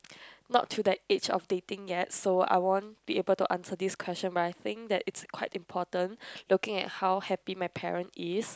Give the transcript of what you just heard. not to the age of dating yet so I won't be able to answer this question might I think that is quite important looking at how happy my parent is